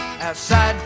outside